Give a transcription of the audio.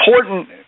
important